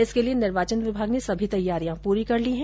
इसके लिये निर्वाचन विभाग ने सभी तैयारियां पूरी कर ली है